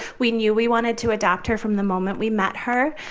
we knew we wanted to adopt her from the moment we met her.